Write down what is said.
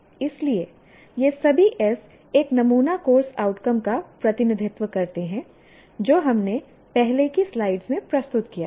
इसलिए ये सभी S एक नमूना कोर्स आउटकम का प्रतिनिधित्व करते हैं जो हमने पहले की स्लाइड्स में प्रस्तुत किया है